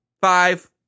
Five